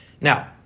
Now